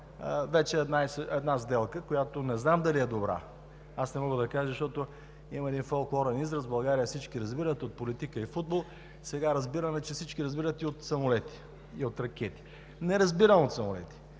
вече една сделка, която не знам дали е добра. Аз не мога да кажа, защото има един фолклорен израз – в България всички разбират от политика и футбол. Сега разбираме, че всички разбират от самолети и от ракети. Не разбирам от самолети,